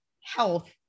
health